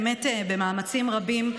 באמת במאמצים רבים,